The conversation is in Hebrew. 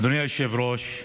אדוני היושב-ראש,